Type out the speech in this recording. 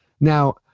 Now